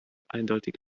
eindeutig